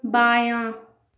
بایاں